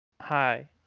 Hi